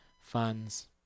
funds